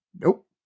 Nope